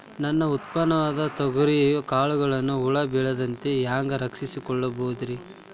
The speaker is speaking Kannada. ನನ್ನ ಉತ್ಪನ್ನವಾದ ತೊಗರಿಯ ಕಾಳುಗಳನ್ನ ಹುಳ ಬೇಳದಂತೆ ಹ್ಯಾಂಗ ರಕ್ಷಿಸಿಕೊಳ್ಳಬಹುದರೇ?